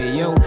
yo